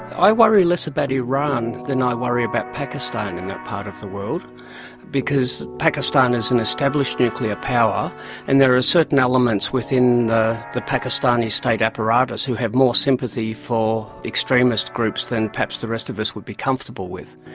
i worry less about iran than i worry about pakistan in that part of the world because pakistan is an established nuclear power and there are certain elements within the the pakistani state apparatus who have more sympathy for extremist groups than perhaps the rest of us would be comfortable with.